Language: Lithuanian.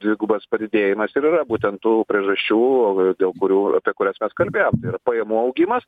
dvigubas padidėjimas ir yra būtent tų priežasčių dėl kurių apie kurias mes kalbėjom tau yra pajamų augimas